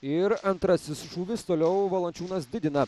ir antrasis šūvis toliau valančiūnas didina